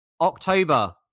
October